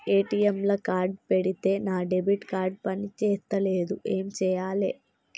ATM లా card పెడితే నా డెబిట్ కార్డ్ పని చేస్తలేదు ఏం చేయాలే?